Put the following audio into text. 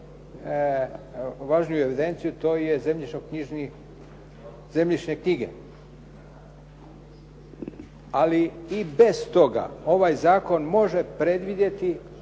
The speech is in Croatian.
najvažniju evidenciju, a to je zemljišne knjige. Ali i bez toga ovaj zakon može predvidjeti